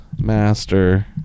master